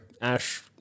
Ash